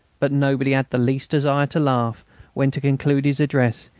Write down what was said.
but nobody had the least desire to laugh when, to conclude his address,